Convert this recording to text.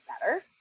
better